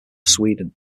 sweden